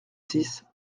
six